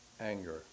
Anger